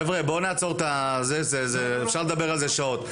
חבר'ה, בואו נעצר את זה, אפשר לדבר על זה שעות.